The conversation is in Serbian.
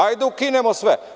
Hajde da ukinemo sve.